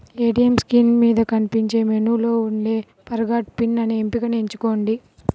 ATM screen మీద కనిపించే మెనూలో ఉండే ఫర్గాట్ పిన్ అనే ఎంపికను ఎంచుకోండి